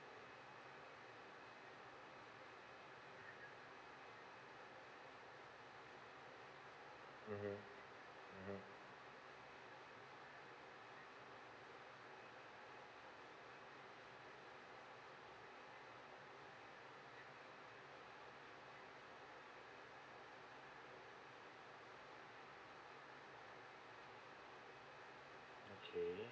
mmhmm mmhmm okay